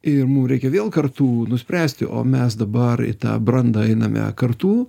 ir mum reikia vėl kartu nuspręsti o mes dabar į tą brandą einame kartu